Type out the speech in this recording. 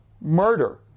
murder